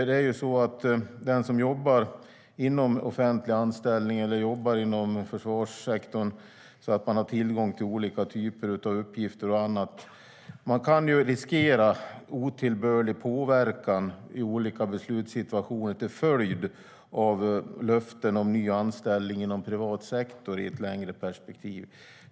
Den som jobbar inom offentlig sektor eller inom försvarssektorn och har tillgång till olika typer av uppgifter kan riskera otillbörlig påverkan i olika beslutssituationer till följd av löften om ny anställning inom privat sektor i ett längre perspektiv.